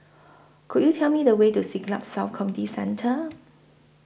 Could YOU Tell Me The Way to Siglap South Community Centre